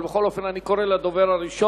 אבל בכל אופן אני קורא לדובר הראשון,